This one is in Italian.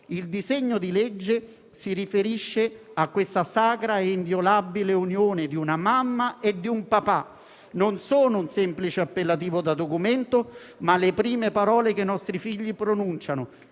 Il disegno di legge si riferisce a questa sacra e inviolabile unione di una mamma e di un papà: si tratta non di un semplice appellativo da documento, ma delle prime parole che i nostri figli pronunciano.